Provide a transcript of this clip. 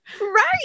Right